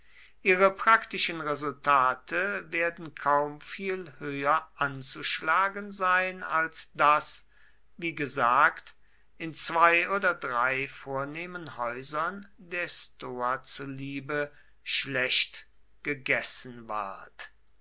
ihre praktischen resultate werden kaum viel höher anzuschlagen sein als daß wie gesagt in zwei oder drei vornehmen häusern der stoa zuliebe schlecht gegessen ward